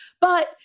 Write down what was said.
But-